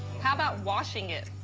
how about washing it?